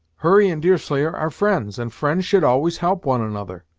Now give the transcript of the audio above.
hurry and deerslayer are friends, and friends should always help one another.